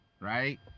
right